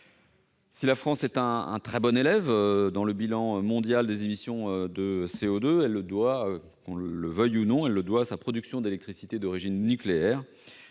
Si la France apparaît comme un très bon élève dans le bilan mondial des émissions de CO2, elle le doit, qu'on le veuille ou non, à sa production d'électricité d'origine nucléaire.